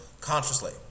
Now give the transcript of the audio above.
consciously